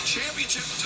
Championship